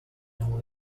all